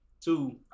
Two